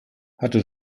hatte